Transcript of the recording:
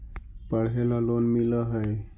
पढ़े ला लोन मिल है?